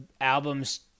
album's